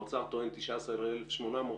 האוצר טוען 19,800 ש"ח.